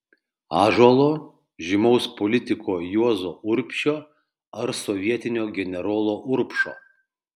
ąžuolo žymaus politiko juozo urbšio ar sovietinio generolo urbšo